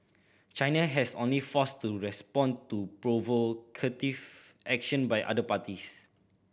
China has only forced to respond to provocative action by other parties